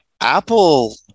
Apple